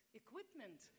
equipment